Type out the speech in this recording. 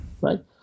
right